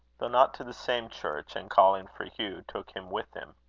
though not to the same church, and calling for hugh took him with him.